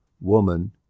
woman